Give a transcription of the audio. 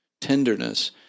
tenderness